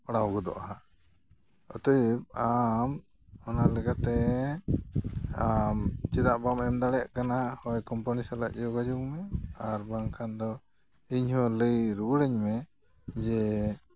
ᱯᱟᱲᱟᱣ ᱜᱚᱫᱚᱜᱼᱟ ᱦᱟᱸᱜ ᱚᱛᱚᱭᱮᱵᱽ ᱟᱢ ᱚᱱᱟ ᱞᱮᱠᱟᱛᱮ ᱟᱢ ᱪᱮᱫᱟᱜ ᱵᱟᱢ ᱮᱢ ᱫᱟᱲᱮᱭᱟᱜ ᱠᱟᱱᱟ ᱦᱳᱭ ᱠᱳᱢᱯᱟᱱᱤ ᱥᱟᱞᱟᱜ ᱡᱳᱜᱟᱡᱳᱜᱽ ᱢᱮ ᱟᱨ ᱵᱟᱝᱠᱷᱟᱱ ᱫᱚ ᱤᱧ ᱦᱚᱸ ᱞᱟᱹᱭ ᱨᱩᱣᱟᱹᱲᱟᱹᱧ ᱢᱮ ᱡᱮ